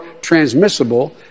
transmissible